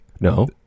No